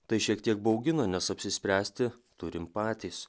tai šiek tiek baugina nes apsispręsti turim patys